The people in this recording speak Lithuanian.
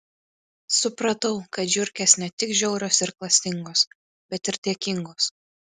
supratau kad žiurkės ne tik žiaurios ir klastingos bet ir dėkingos